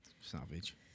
Savage